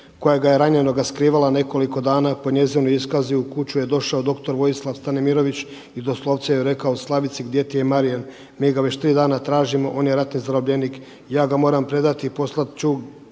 koja ga je ranjenoga skrivala nekoliko dana. Po njezinu iskazu u kuću je došao doktor Vojislav Stanimirović i doslovce je rekao Slavice gdje ti je Marijan, mi ga već tri dana tražimo, on je ratni zarobljenik, ja ga moram predati i poslat ću